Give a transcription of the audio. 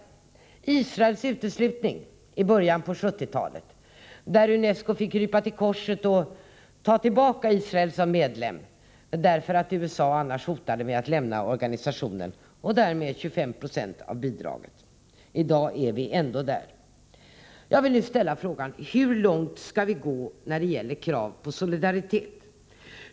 Jag kan som exempel nämna Israels uteslutning i början av 1970-talet, då UNESCO fick krypa till korset och ta tillbaka Israel som medlem därför att USA hotade med att annars lämna organisationen — och därmed skulle 25 96 av bidraget försvinna. I dag är vi ändå där! Jag vill nu ställa frågan: Hur långt skall vi gå när det gäller kravet på solidaritet?